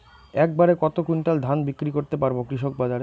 এক বাড়ে কত কুইন্টাল ধান বিক্রি করতে পারবো কৃষক বাজারে?